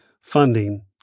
funding